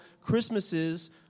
Christmases